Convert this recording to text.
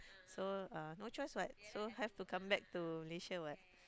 so uh no choice [what] so have to come back to Malaysia [what]